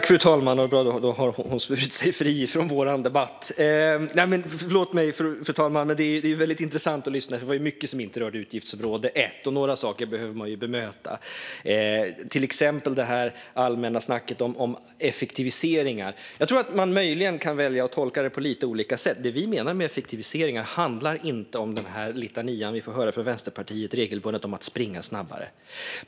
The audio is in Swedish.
Fru talman! Det är väldigt intressant att lyssna. Det var mycket som inte rörde utgiftsområde 1, och några saker behöver man bemöta, till exempel det allmänna snacket om effektiviseringar. Jag tror att man möjligen kan välja att tolka det på lite olika sätt. Det vi menar med effektiviseringar handlar inte om den litania som vi regelbundet får höra från Vänsterpartiet om att springa snabbare.